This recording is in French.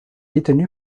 détenu